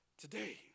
today